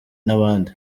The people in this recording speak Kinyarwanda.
n’abandi